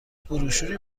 بروشوری